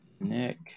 Nick